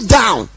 down